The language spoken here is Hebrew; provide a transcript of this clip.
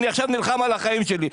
אני עכשיו נלחם על החיים שלי.